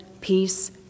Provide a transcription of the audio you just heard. peace